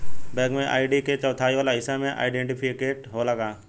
Bank में ID के चौथाई वाला हिस्सा में आइडेंटिफैएर होला का?